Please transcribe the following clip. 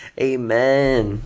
Amen